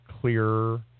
clearer